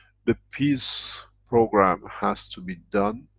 the peace program has to be done